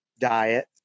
diet